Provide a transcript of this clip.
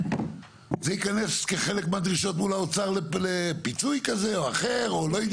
הרי זה יכנס כחלק מהדרישות מול האוצר לפיצוי כזה או אחר.